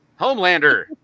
Homelander